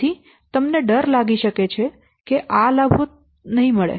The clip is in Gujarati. તેથી તમને ડર લાગી શકે છે કે તમને આ લાભો નહીં મળે